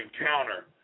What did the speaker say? encounter